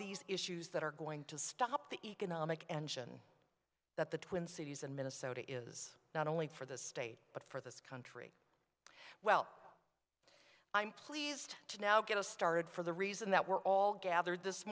these issues that are going to stop the economic engine that the twin cities in minnesota is not only for the state but for this country well i'm pleased to now get us started for the reason that we're all gathered this